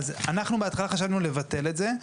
אז אנחנו בהתחלה חשבנו לבטל את זה.